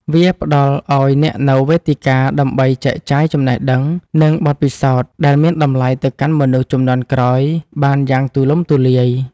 វាផ្ដល់ឱ្យអ្នកនូវវេទិកាដើម្បីចែកចាយចំណេះដឹង និងបទពិសោធន៍ដែលមានតម្លៃទៅកាន់មនុស្សជំនាន់ក្រោយបានយ៉ាងទូលំទូលាយ។